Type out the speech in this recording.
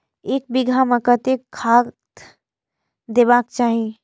एक बिघा में कतेक खाघ देबाक चाही?